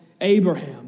Abraham